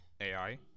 AI